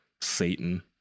satan